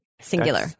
Singular